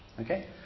Okay